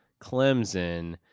Clemson